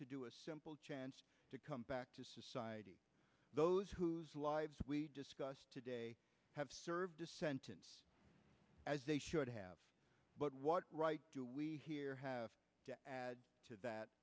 to do a simple chance to come back to society those whose lives we discuss today have served a sentence as they should have but what right do we have to add to that